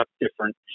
different